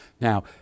Now